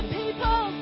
people